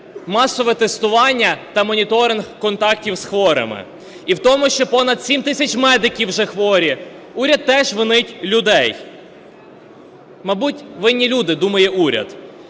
масове тестування та моніторинг контактів з хворими. І в тому, що понад 7 тисяч медиків вже хворі уряд теж винить людей. Мабуть, винні люди, – думає уряд.